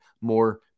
more